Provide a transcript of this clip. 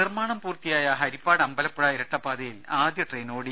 നിർമ്മാണം പൂർത്തിയായ ഹരിപ്പാട് അമ്പലപ്പുഴ ഇരട്ടപ്പാതയിൽ ആദ്യ ട്രെയിൻ ഓടി